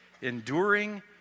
enduring